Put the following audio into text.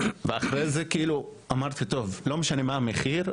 אחר כך אמרתי לעצמי שלא משנה מה יהיה המחיר,